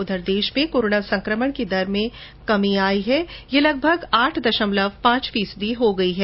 उधर देश में कोरोना संकमण की दर में कमी आई है और यह लगभग आठ दशमलव पांच प्रतिशत हो गई है